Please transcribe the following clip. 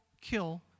kill